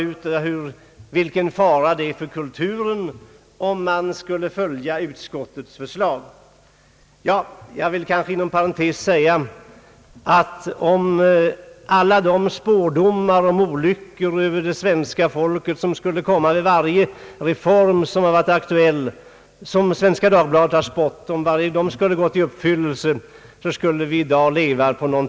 Men, herr Skårman, jag skall lägga ytterligare lök på laxen.